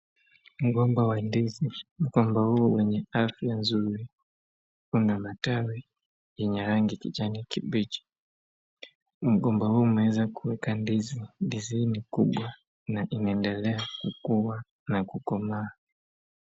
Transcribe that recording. Mgomba wa ndizi yenye afya mzuri una matawi yenye rangi ya kijani kibichi. Mgomba huu umeweza kuweka ndizi ni kubwa na inaendelea kukua na kukomaa.